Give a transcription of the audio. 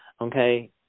okay